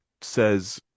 says